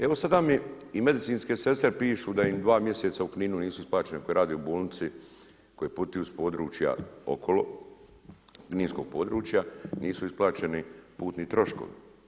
Evo sada mi i medicinske sestre pišu da im dva mjeseca u Kninu nisu isplaćene, koje rade u bolnici, koje putuju s područja okolo, kninskog područja, nisu isplaćeni putni troškovi.